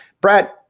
Brad